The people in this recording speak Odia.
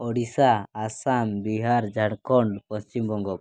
ଓଡ଼ିଶା ଆସାମ ବିହାର ଝାଡ଼ଖଣ୍ଡ ପଶ୍ଚିମବଙ୍ଗ